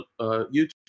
YouTube